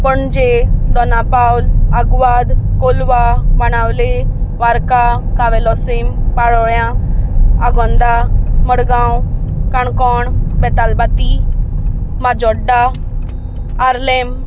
पणजे दोनापावल आग्वाद कोलवा माणावले वारका कावेलोसीम पाळोळ्यां आगोंदा मडगांव काणकोण बेतालबाती मााजोड्डा आर्लेम